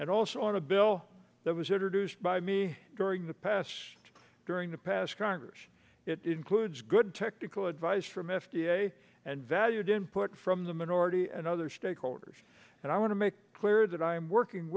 and also on a bill that was introduced by me during the past during the past congress it includes good technical advice from f d a and valued input from the minority and other stakeholders and i want to make clear that i'm working